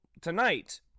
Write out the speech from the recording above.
tonight